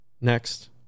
next